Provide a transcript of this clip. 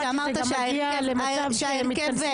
זה גם מגיע למצב שהן מתכנסות